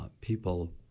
people